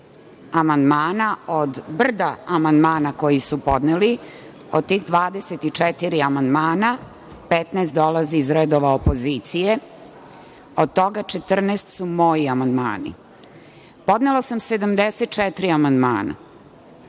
amandmana od brda amandmana koji su podneti. Od tih 24 amandmana, 15 dolazi iz redova opozicije, a od toga je 14 mojih. Podnela sam 74 amandmana.